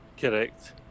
Correct